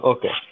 Okay